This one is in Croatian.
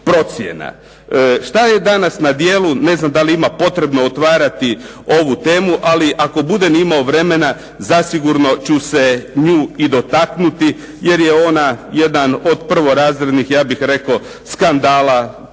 procjena. Šta je danas na djelu, ne znam da li ima potrebno otvarati ovu temu ali ako budem imao vremena zasigurno ću se nju dotaknuti jer je ona jedan od prvorazrednih skandala kojega